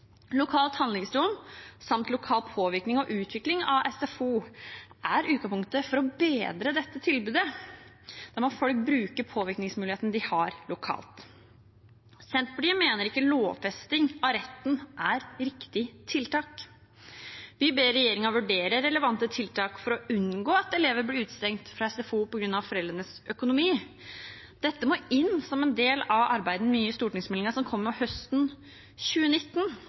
Lokalt handlingsrom samt lokal påvirkning og utvikling av SFO er utgangspunktet for å bedre dette tilbudet. Da må folk bruke den påvirkningsmuligheten de har lokalt. Senterpartiet mener ikke lovfesting av retten er riktig tiltak. Vi ber regjeringen vurdere relevante tiltak for å unngå at elever blir utestengt fra SFO på grunn av foreldrenes økonomi. Dette må inn som en del av arbeidet med den nye stortingsmeldingen som kommer høsten 2019,